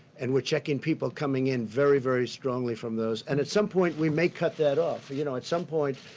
and we're checking people coming in very, very strongly from those. and at some point we may cut that off. you know at some point,